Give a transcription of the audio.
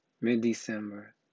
mid-December